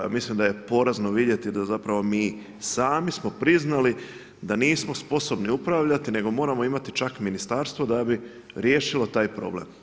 Mislim da je porazno vidjeti, da zapravo mi sami smo priznali da nismo sposobni upoznati, nego moramo imati čak i ministarstvo da bi riješilo taj problem.